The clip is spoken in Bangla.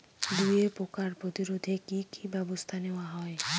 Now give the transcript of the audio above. দুয়ে পোকার প্রতিরোধে কি কি ব্যাবস্থা নেওয়া হয়?